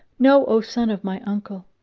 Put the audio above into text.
know, o son of my uncle,